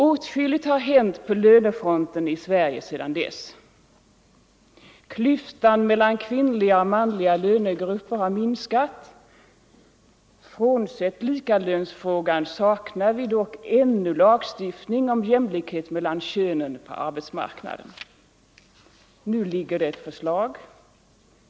Åtskilligt har hänt på lönefronten i Sverige sedan dess. Klyftan mellan kvinnliga och manliga lönegrupper har minskat. Frånsett likalönsfrågan saknar vi dock en lagstiftning om jämlikhet mellan könen på arbetsmarknaden. Nu ligger det ett förslag.